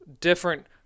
different